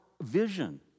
vision